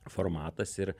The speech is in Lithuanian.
formatas ir